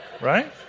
Right